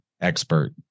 expert